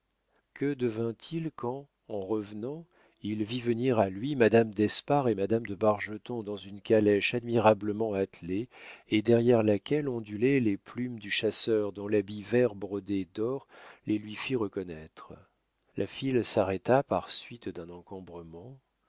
que devint-il quand en revenant il vit venir à lui madame d'espard et madame de bargeton dans une calèche admirablement attelée et derrière laquelle ondulaient les plumes du chasseur dont l'habit vert brodé d'or les lui fit reconnaître la file s'arrêta par suite d'un encombrement